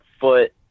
foot